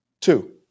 Two